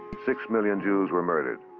six million jews were murdered.